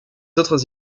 autres